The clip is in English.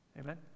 amen